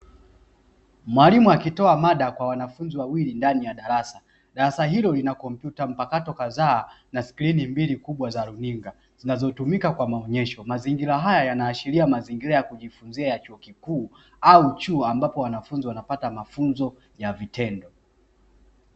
Mwalimu akitoa mada kwa wanafunzi wawili ndani ya darasa, darasa hilo lina kompyuta mpakato kadhaa na skrini mbili kubwa za runinga zinazotumika kwa maonyesho. Mazingira haya yanaashiria mazingira ya kujifunzia ya chuo kikuu au chuo ambapo wanafunzi wanapata mafunzo ya vitendo.